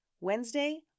Wednesday